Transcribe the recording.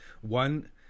one